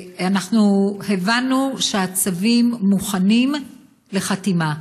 אנחנו הבנו שהצווים מוכנים לחתימה,